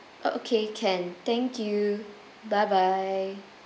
oh okay can thank you bye bye